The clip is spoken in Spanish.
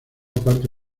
parte